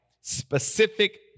specific